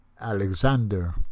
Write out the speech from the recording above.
Alexander